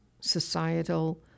societal